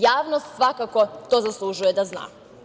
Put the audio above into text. Javnost svakako to zaslužuje da zna.